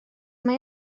mae